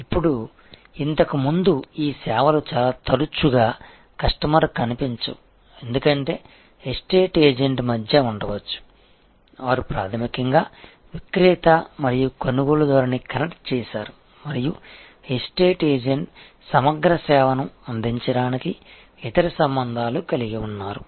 ఇప్పుడు ఇంతకు ముందు ఈ సేవలు చాలా తరచుగా కస్టమర్కు కనిపించవు ఎందుకంటే ఎస్టేట్ ఏజెంట్ మధ్య ఉండవచ్చు వారు ప్రాథమికంగా విక్రేత మరియు కొనుగోలుదారుని కనెక్ట్ చేసారు మరియు ఎస్టేట్ ఏజెంట్ సమగ్ర సేవను అందించడానికి ఇతర సంబంధాలు కలిగి ఉన్నారు